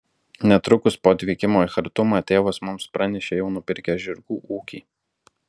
netrukus po atvykimo į chartumą tėvas mums pranešė jau nupirkęs žirgų ūkį